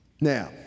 Now